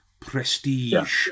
Prestige